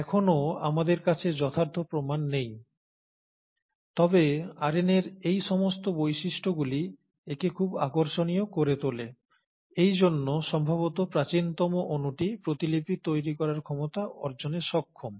এখনও আমাদের কাছে যথার্থ প্রমাণ নেই তবে আরএনএর এই সমস্ত বৈশিষ্ট্যগুলি একে খুব আকর্ষণীয় করে তোলে এইজন্য সম্ভবত প্রাচীনতম অনুটি প্রতিলিপি তৈরি করার ক্ষমতা অর্জনে সক্ষম